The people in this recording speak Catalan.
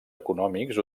econòmics